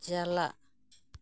ᱪᱟᱞᱟᱜ